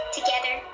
Together